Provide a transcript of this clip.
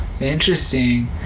interesting